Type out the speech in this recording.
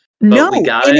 No